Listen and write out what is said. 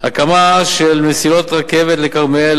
הקמה של מסילות רכבת לכרמיאל,